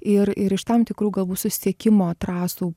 ir ir iš tam tikrų galbūt susisiekimo trasų